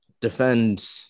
defend